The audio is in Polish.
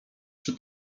czy